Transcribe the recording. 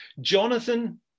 Jonathan